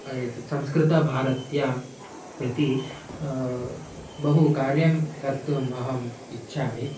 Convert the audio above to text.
यत् संस्कृतभारत्यां प्रति बहु कार्यं कर्तुम् अहम् इच्छामि